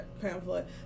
pamphlet